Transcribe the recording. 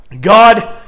God